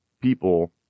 people